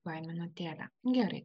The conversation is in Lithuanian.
tuoj minutėlę gerai